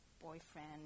Boyfriend